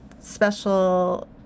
special